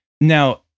now